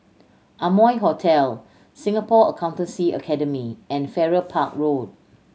Amoy Hotel Singapore Accountancy Academy and Farrer Park Road